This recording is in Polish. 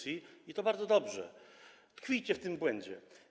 I to bardzo dobrze, tkwijcie w tym błędzie.